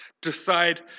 decide